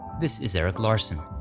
this is eric larson.